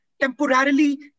Temporarily